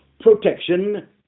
protection